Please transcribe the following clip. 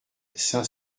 saint